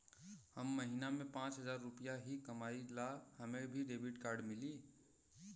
हम महीना में पाँच हजार रुपया ही कमाई ला हमे भी डेबिट कार्ड मिली?